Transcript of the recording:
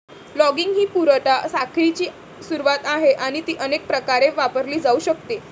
logging ही पुरवठा साखळीची सुरुवात आहे आणि ती अनेक प्रकारे वापरली जाऊ शकते